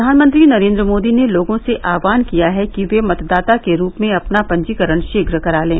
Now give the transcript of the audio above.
प्रधानमंत्री नरेन्द्र मोदी ने लोगों से आह्वान किया है कि वे मतदाता के रूप में अपना पंजीकरण शीघ्र करा लें